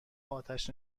آتش